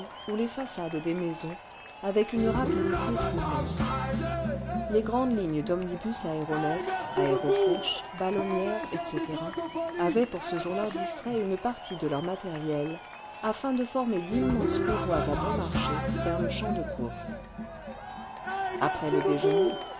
ou les façades des le vingtième siècle wa maisons avec une rapidité troublante les grandes lignes d'omnibus aéronefs aéroflèches ballonnières etc avaient pour ce jour-là distrait une partie de leur matériel afin de former d'immenses convois à bon marché vers le champ de courses les ballons reclames au grand prix après le déjeuner